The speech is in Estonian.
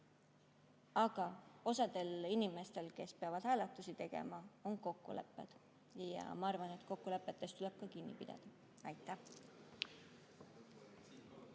Aga osal inimestel, kes peavad hääletusi tegema, on kokkulepped, ja ma arvan, et kokkulepetest tuleb kinni pidada. Aitäh!